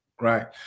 Right